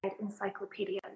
encyclopedias